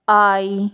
I